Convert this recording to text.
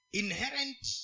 inherent